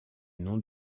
nom